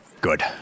Good